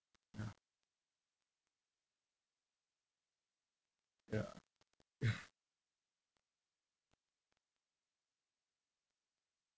ya ya